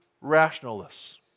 rationalists